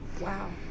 Wow